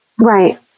right